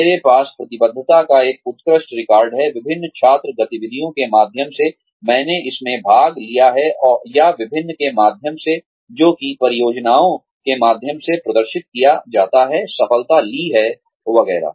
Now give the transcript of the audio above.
मेरे पास प्रतिबद्धता का एक उत्कृष्ट रिकॉर्ड है विभिन्न छात्र गतिविधियों के माध्यम से मैंने इसमें भाग लिया है या विभिन्न के माध्यम से जो कि परियोजनाओं के माध्यम से प्रदर्शित किया जाता हैसफलता ली है वगैरह